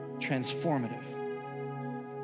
transformative